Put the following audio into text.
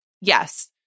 yes